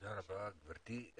תודה רבה, גברתי.